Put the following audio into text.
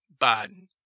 Biden